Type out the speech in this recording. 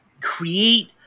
create